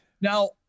Now